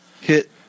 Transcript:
hit